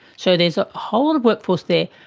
so there's a whole lot of workforce there,